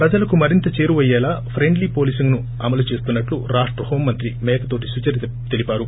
ప్రజలకు మరింత చేరువయ్యేలా ఫ్రెండ్లీ పోలీసింగ్ను అమలు చేస్తున్నట్లు రాష్ట హోంమంత్రి మేకతోటి సుచరిత్ తెలిపారు